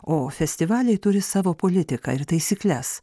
o festivaliai turi savo politiką ir taisykles